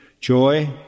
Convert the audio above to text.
joy